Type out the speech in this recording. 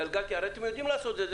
הרי אתם יודעים לעשות את זה,